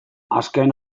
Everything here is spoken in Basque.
azken